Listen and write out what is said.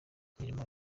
imirimo